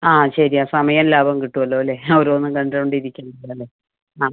ആ ശരിയാണ് സമയം ലാഭം കിട്ടുമല്ലൊ അല്ലേ ഓരോന്നും കണ്ടോണ്ട് ഇരിക്കുന്നതും ആ